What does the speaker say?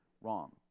wrong